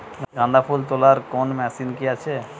গাঁদাফুল তোলার কোন মেশিন কি আছে?